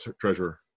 treasurer